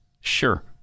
Sure